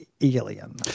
alien